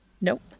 Nope